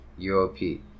UOP